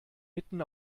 mitten